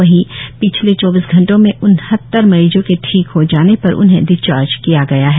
वही पिछले चौबीस घंटो में उनहत्तर मरीजो के ठीक हो जाने पर उन्हे डिचार्ज किया गया है